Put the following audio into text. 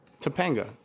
Topanga